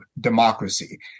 democracy